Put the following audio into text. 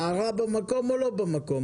ההערה במקום או לא במקום?